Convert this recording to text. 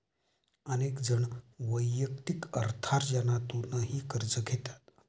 अनेक जण वैयक्तिक अर्थार्जनातूनही कर्ज घेतात